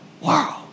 wow